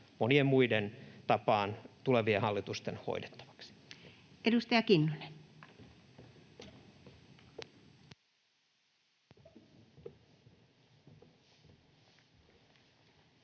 monien muiden tapaan tulevien hallitusten hoidettavaksi? Edustaja Kinnunen.